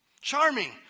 Charming